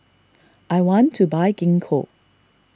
I want to buy Gingko